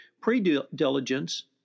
pre-diligence—